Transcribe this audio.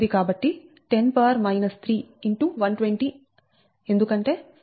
0987 x 10 3 x 120 Voltkm milli ఉంది కాబట్టి 10 3 x 120 ఎందుకంటే కరెంట్ మాగ్నిట్యూడ్ 120A